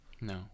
No